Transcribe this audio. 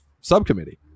subcommittee